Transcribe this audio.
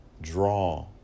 draw